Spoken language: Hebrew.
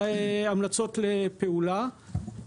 והמלצות לפעולה.